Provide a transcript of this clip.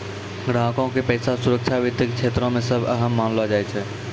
ग्राहको के पैसा के सुरक्षा वित्त के क्षेत्रो मे सभ से अहम मानलो जाय छै